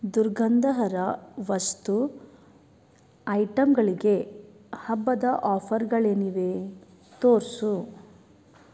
ದುರ್ಗಂಧಹರ ವಸ್ತು ಐಟಮ್ಗಳಿಗೆ ಹಬ್ಬದ ಆಫರ್ಗಳೇನಿವೆ ತೋರಿಸು